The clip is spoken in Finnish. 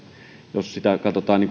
jos sitä katsotaan